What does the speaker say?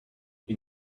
you